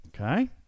Okay